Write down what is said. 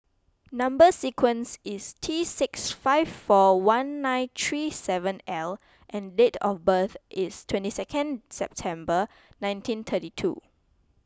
Number Sequence is T six five four one nine three seven L and date of birth is twenty second September nineteen thirty two